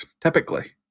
typically